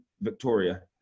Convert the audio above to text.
Victoria